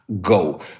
go